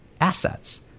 assets